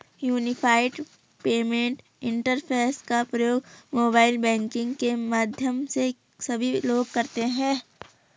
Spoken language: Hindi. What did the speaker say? यूनिफाइड पेमेंट इंटरफेस का प्रयोग मोबाइल बैंकिंग के माध्यम से सभी लोग करते हैं